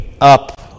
up